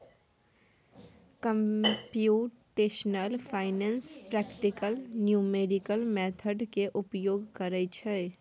computational finance practical numerical method के उपयोग करइ छइ